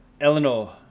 Eleanor